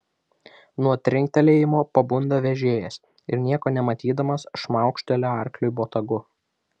nuo trinktelėjimo pabunda vežėjas ir nieko nematydamas šmaukštelia arkliui botagu